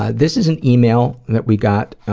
ah this is an email that we got.